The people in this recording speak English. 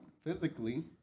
physically